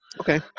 Okay